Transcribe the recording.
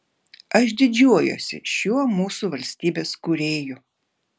aš didžiuojuosi šiuo mūsų valstybės kūrėju